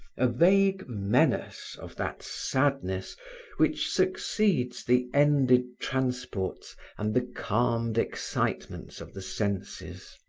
a vague menace of that sadness which succeeds the ended transports and the calmed excitements of the senses.